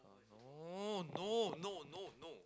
no no no no no